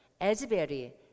Asbury